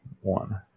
one